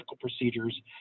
procedures